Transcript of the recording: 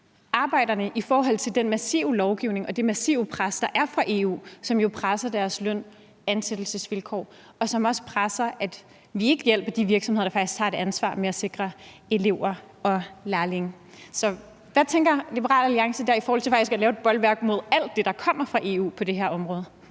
arbejderne i forhold til den massive lovgivning og det massive pres, der er fra EU, og som jo presser deres løn- og ansættelsesvilkår og også lægger et pres, i forhold til at vi ikke hjælper de virksomheder, der faktisk har et ansvar med at sikre uddannelse til elever og lærlinge? Så hvad tænker Liberal Alliance i forhold til faktisk at lave et bolværk mod alt det, der kommer fra EU på det her område?